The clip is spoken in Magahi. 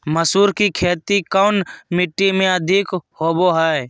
मसूर की खेती कौन मिट्टी में अधीक होबो हाय?